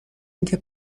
اینکه